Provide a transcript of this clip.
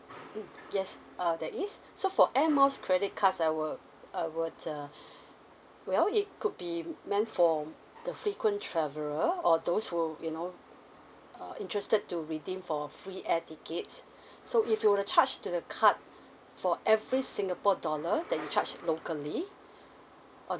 mm yes uh there is so for air miles credit cards I will I would uh well it could be meant for the frequent traveller or those who you know uh interested to redeem for free air tickets so if you were to charge to the card for every singapore dollar that you charged locally or